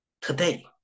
Today